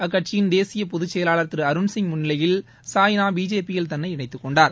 அக்கட்சியின் தேசிய பொதுச்செயலாளர் திரு அருண்சிய் முன்னிலையில் சாய்னா பிஜேபி யில் தன்னை இணைத்துக் கொண்டார்